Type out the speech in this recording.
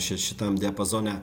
šitam diapazone